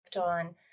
on